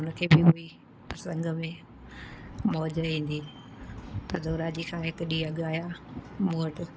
उन खे बि हुई त संग में मौज ईंदी त दोराजी खां हिक ॾींहुं अॻु आहिया मूं वटि